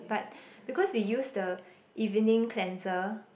but because we use the evening cleanser